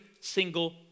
single